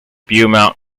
beaumont